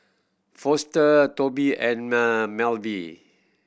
Foster Tobi and